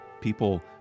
people